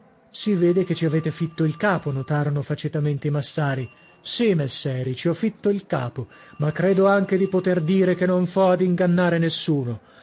si vede che ci avete fitto il capo notarono facetamente i massari sì messeri ci ho fitto il capo ma credo anche di poter dire che non fo ad ingannare nessuno